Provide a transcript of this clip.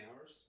hours